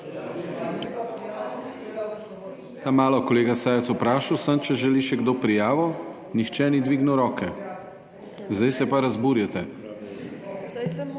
Samo malo, kolega Sajovic. Vprašal sem, če želi še kdo prijavo, nihče ni dvignil roke, zdaj se pa razburjate.